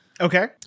Okay